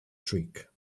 trick